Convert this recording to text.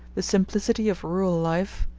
the simplicity of rural life,